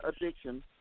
addiction